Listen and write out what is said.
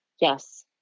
Yes